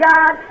God